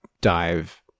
dive